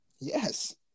Yes